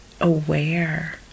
aware